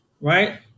Right